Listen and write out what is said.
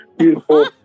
Beautiful